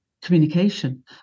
Communication